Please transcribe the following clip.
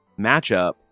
matchup